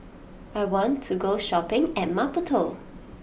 I want to go shopping in Maputo